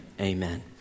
amen